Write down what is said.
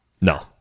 No